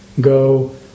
go